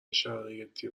شرایطی